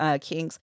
Kings